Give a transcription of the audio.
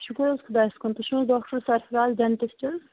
شُکر حظ خُدایَس کُن تُہۍ چھُو حظ ڈاکٹر سرفَراز ڈیٚنٹِسٹ